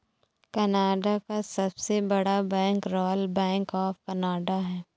Canada का सबसे बड़ा bank Royal Bank of Canada है